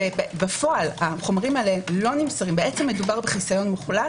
כשבפועל החומרים האלה לא נמסרים - מדובר בחיסיון מוחלט